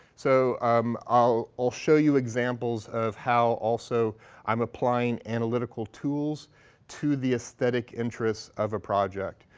so um i'll i'll show you examples of how also i'm applying analytical tools to the aesthetic interests of a project,